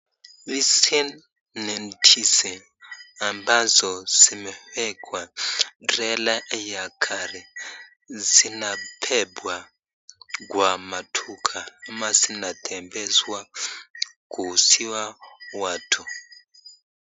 Hizi ni ndizi ambazo zimewekwa trella ya gari. Zinabebwa kwa maduka ama zinatembezwa kuuziwa watu.